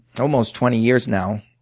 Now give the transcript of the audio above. almost twenty years, now